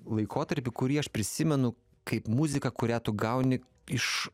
laikotarpį kurį aš prisimenu kaip muzika kurią tu gauni iš